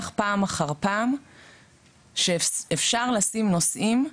פעם אחר פעם שאפשר לשים נושאים ענייניים,